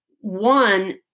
One